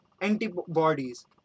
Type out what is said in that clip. antibodies